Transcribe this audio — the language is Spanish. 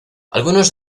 algunos